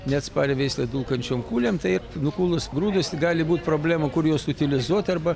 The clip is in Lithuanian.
neatsparią veislę dulkančiom kūlėm taip nukūlus grūdus gali būt problemų kur juos utilizuot arba